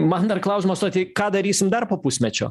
man dar klausimas o tai ką darysim dar po pusmečio